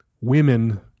women